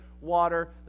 water